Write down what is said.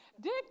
Dick